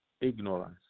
ignorance